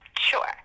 Sure